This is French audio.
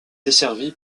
desservie